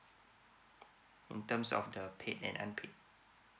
in terms of the paid and unpaid